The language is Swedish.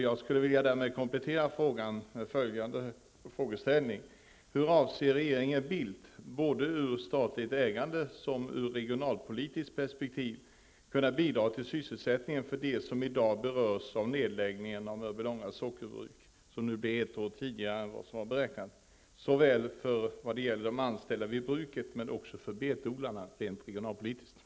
Jag skulle därför vilja ställa följande kompletterande fråga: Hur avser regeringen Bildt, med tanke på både det statliga ägandet och det regionalpolitiska perspektivet, att kunna bidra till sysselsättningen för dem som i dag berörs av nedläggningen av sockerbruket i Mörbylånga -- vilken ju kommer att ske ett år tidigare än beräknat? Det gäller såväl de anställda vid bruket som betodlarna, och det här är en rent regionalpolitisk fråga.